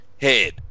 head